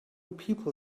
people